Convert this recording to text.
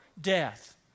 death